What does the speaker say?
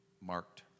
marked